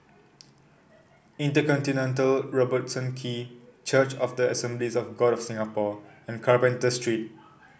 InterContinental Robertson Quay Church of the Assemblies of God of Singapore and Carpenter Street